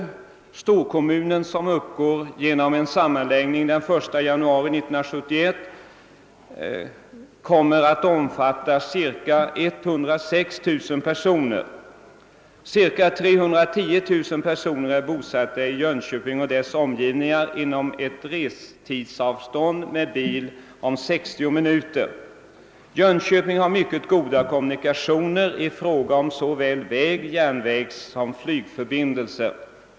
Den storkommun som uppstår genom sammanläggningen den 1 januari 1971 kommer att omfatta ca 106 000 personer. Ca 310 000 personer är bosatta i Jönköping och dess omgivningar inom ett restidsavstånd med bil om 60 minuter. Jönköping har mycket goda kommunikationer i fråga om såväl vägsom järnvägsoch flygförbindelser.